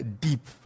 deep